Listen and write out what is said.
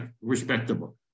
respectable